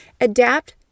Adapt